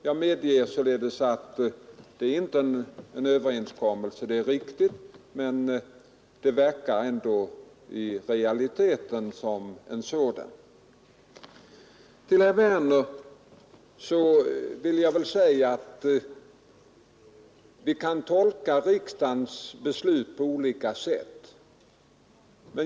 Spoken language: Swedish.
Jag medger således att det inte är någon överenskommelse, men det verkar ändå i realiteten som en sådan. Till herr Werner i Tyresö vill jag säga, att vi kan tolka riksdagens beslut på olika sätt.